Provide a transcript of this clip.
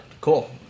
Cool